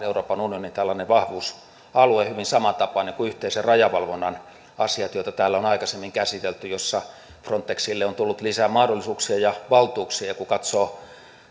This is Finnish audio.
euroopan unionin vahvuusalue hyvin samantapainen kuin yhteisen rajavalvonnan asiat joita täällä on aikaisemmin käsitelty ja joissa frontexille on tullut lisää mahdollisuuksia ja valtuuksia kun katsoo